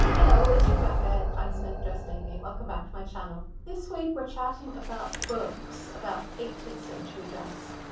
hello, it's rebecca at timesmith dressmaking. welcome back to my channel. this week, we're chatting about books, about eighteenth century dress.